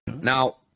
Now